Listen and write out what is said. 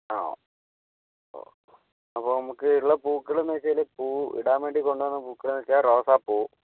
ആണോ ഓ അപ്പോൾ നമുക്ക് ഉള്ള പൂക്കൾ എന്ന് വെച്ചാൽ പൂ ഇടാൻ വേണ്ടി കൊണ്ടുപോവുന്ന പൂക്കൾ എന്ന് വെച്ചാൽ റോസാപ്പൂ